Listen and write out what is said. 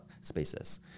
spaces